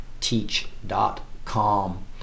teach.com